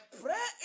pray